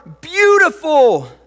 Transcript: beautiful